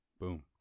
boom